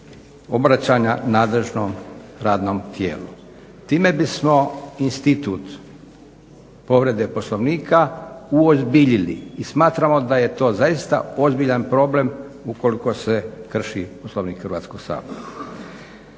obraćanja nadležnom radnom tijelu. Time bismo institut povrede Poslovnika uozbiljili i smatramo da je to zaista ozbiljan problem ukoliko se krši Poslovnik Hrvatskog sabora.